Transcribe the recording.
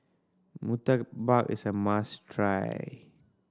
murtabak is a must try